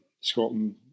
Scotland